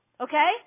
okay